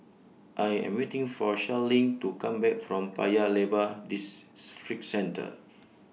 I Am waiting For Sharleen to Come Back from Paya Lebar Districentre